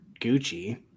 Gucci